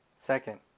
Second